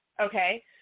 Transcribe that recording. okay